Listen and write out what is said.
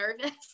nervous